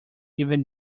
even